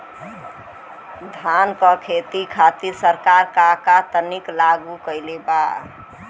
धान क खेती खातिर सरकार का का तकनीक लागू कईले बा?